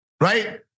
Right